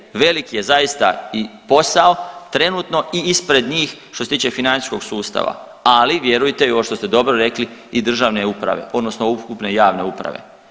Velik je, velik je zaista i posao, trenutno i ispred njih što se tiče financijskog sustava, ali vjerujte i ovo što ste dobro rekli i državne uprave odnosno ukupne javne uprave.